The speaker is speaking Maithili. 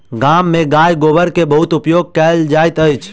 गाम में गाय गोबर के बहुत उपयोग कयल जाइत अछि